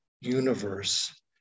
universe